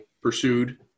pursued